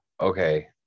okay